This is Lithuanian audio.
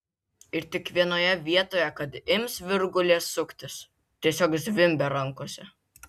ir tik vienoje vietoje kad ims virgulės suktis tiesiog zvimbia rankose